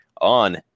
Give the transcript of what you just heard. on